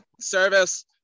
service